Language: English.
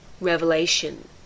Revelation